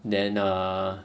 then err